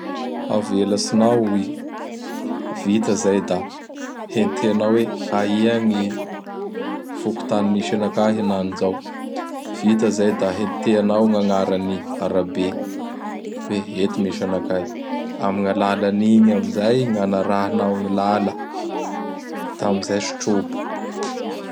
Avelatsinao i. Vita zay da henteanao hoe aia gny fokontany misy anakahy henany izao. Vita izay da hentenao ñy añaran'y arabe hoe eto gn misy anakahy. Am gn' alalan'igny amin'izay gn' anaranao gny lala; da amin'izay tsy trobo.